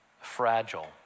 fragile